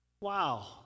Wow